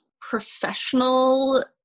professional